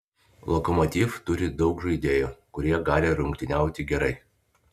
lokomotiv turi daug žaidėjų kurie gali rungtyniauti gerai